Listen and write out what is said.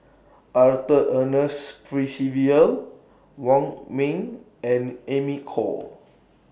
Arthur Ernest Percival Wong Ming and Amy Khor